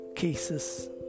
Cases